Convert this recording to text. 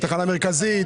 תחנה מרכזית?